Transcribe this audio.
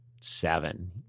seven